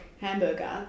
hamburger